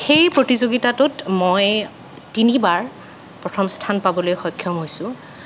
সেই প্ৰতিযোগিতাটোত মই তিনিবাৰ প্ৰথম স্থান পাবলৈ সক্ষম হৈছোঁ